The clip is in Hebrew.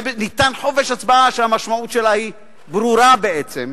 וניתן חופש הצבעה, שהמשמעות שלו היא ברורה בעצם,